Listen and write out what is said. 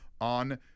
on